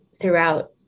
throughout